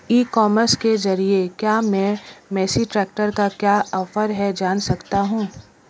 ई commerce के ज़रिए क्या मैं मेसी ट्रैक्टर का क्या ऑफर है जान सकता हूँ?